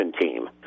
team